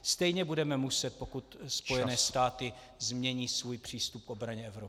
Stejně budeme muset , pokud Spojené státy změní svůj přístup k obraně Evropy.